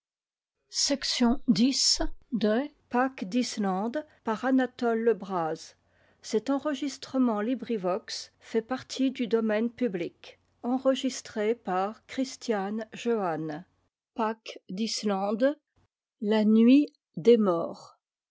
noir de la nuit